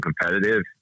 competitive